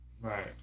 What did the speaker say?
Right